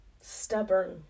stubborn